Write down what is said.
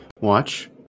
watch